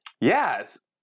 Yes